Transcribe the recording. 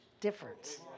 difference